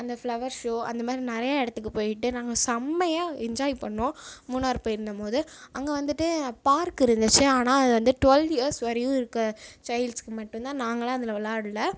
அந்த flower show அந்த மாதிரி நிறைய இடத்துக்குப் போயிட்டு நாங்கள் செம்மையாக என்ஜாய் பண்ணோம் மூணாறு போயிருந்தோம் போது அங்கே வந்துட்டு பார்க் இருந்துச்சு ஆனால் அது வந்து டுவல் இயர்ஸ் வரையும் இருக்கற சைல்ட்ஸுக்கு மட்டும் தான் நாங்கள்லாம் அதில் விளாடல